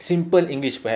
simple english perhaps